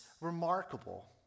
remarkable